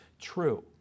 true